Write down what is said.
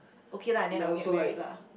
okay lah then I'll get married lah